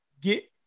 get